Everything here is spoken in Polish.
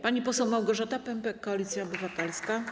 Pani poseł Małgorzata Pępek, Koalicja Obywatelska.